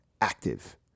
active